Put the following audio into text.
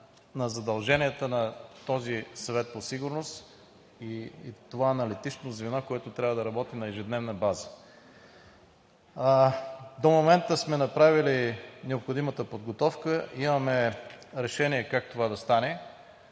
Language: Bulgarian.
на задълженията на този Съвет по сигурност и това аналитично звено, което трябва да работи на ежедневна база. До момента сме направили необходимата подготовка, имаме решение как това да стане.